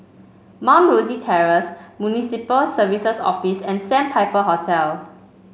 Mount Rosie Terrace Municipal Services Office and Sandpiper Hotel